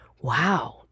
Wow